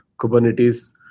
Kubernetes